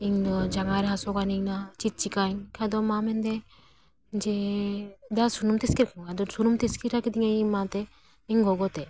ᱤᱧ ᱱᱚᱣᱟ ᱡᱟᱸᱜᱟ ᱨᱮ ᱦᱟᱹᱥᱩ ᱠᱟᱹᱱᱟᱹᱧ ᱱᱟ ᱪᱮᱫ ᱪᱤᱠᱟᱭᱟᱧ ᱠᱷᱟᱡ ᱫᱚ ᱢᱟ ᱢᱮᱱᱮᱫᱟᱭ ᱡᱮ ᱫᱟ ᱥᱩᱱᱩᱢ ᱛᱮ ᱤᱥᱠᱩᱨ ᱥᱩᱱᱩᱢ ᱛᱮ ᱤᱥᱠᱤᱨᱟ ᱤᱧ ᱢᱟ ᱜᱮ ᱤᱧ ᱜᱚᱜᱚ ᱛᱮ